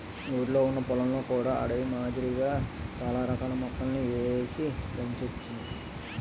ఊరిలొ ఉన్న పొలంలో కూడా అడవి మాదిరిగా చాల రకాల మొక్కలని ఏసి పెంచోచ్చును